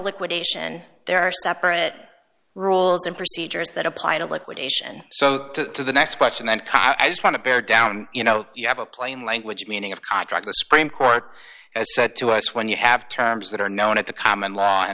liquidation there are separate rules and procedures that apply to liquidation so to the next question and i just want to bear down you know you have a plain language meaning of contract the supreme court has said to us when you have terms that are known at the common law and